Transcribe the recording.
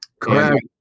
Correct